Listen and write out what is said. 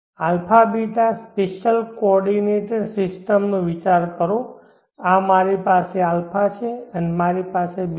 α β spatial coordinate system વિચાર કરો મારી પાસે α છે અને મારી પાસે β